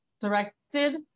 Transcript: directed